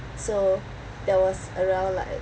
so there was around like